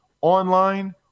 online